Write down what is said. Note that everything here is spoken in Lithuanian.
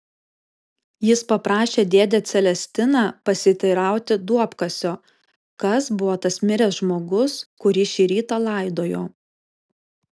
jis paprašė dėdę celestiną pasiteirauti duobkasio kas buvo tas miręs žmogus kurį šį rytą laidojo